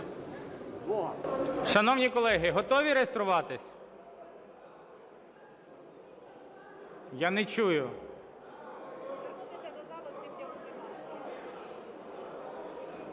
Шановні колеги, готові реєструватися? Я не чую.